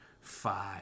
five